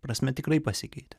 prasme tikrai pasikeitė